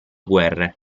guerre